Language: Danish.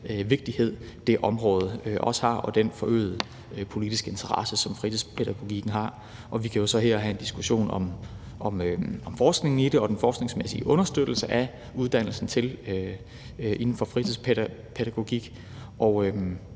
vigtighed, det område også har, og den forøgede politiske interesse, som fritidspædagogikken har. Vi kan jo så her have en diskussion om forskningen i det og den forskningsmæssige understøttelse af uddannelsen inden for fritidspædagogik, og